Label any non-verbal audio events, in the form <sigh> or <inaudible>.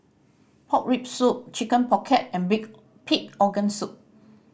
pork rib soup Chicken Pocket and <unintelligible> pig organ soup